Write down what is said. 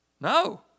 No